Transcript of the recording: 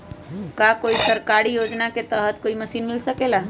का कोई सरकारी योजना के तहत कोई मशीन मिल सकेला?